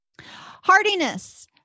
Hardiness